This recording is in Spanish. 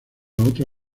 otra